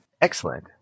Excellent